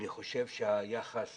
אני חושב שהיחס